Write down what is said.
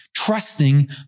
trusting